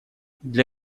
для